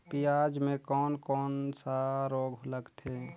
पियाज मे कोन कोन सा रोग लगथे?